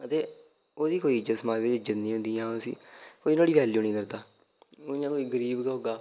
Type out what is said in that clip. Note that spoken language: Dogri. ते ओह्दी कोई इज्जत समाज बिच कोई इज्जत नेई होंदी इ'यां उसी कोई नुआढ़ी वैल्यू नी करदा ओह् इ'यां कोई गरीब के होगा